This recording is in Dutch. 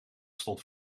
stond